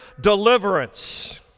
deliverance